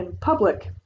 public